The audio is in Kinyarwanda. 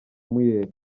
mueller